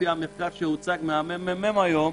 לפי המחקר שהוצג מהממ"מ היום,